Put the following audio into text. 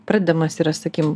pradedamas yra sakykim